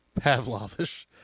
pavlovish